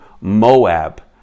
Moab